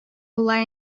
була